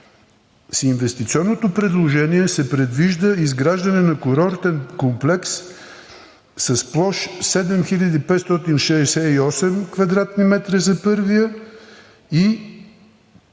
С инвестиционното предложение се предвижда изграждане на курортен комплекс с площ 7568 кв. м за първия и